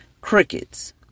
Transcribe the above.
crickets